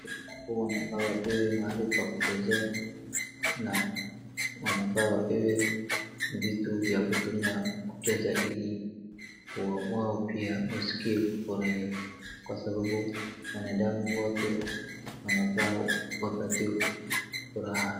Hapo wanafaa wapewe mahali pakuchezea ,na wanafaa wapewe vitu vya kutumia kucheza ili wao pia wasikie kufurahia ,kwa sababu wanadamu wote wanafaa wapate furaha.